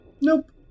Nope